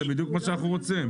זה בדיוק מה שאנחנו רוצים.